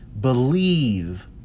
Believe